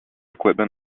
equipment